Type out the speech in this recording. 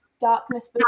darkness